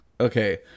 okay